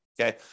okay